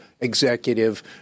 executive